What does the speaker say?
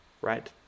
right